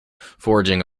foraging